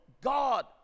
God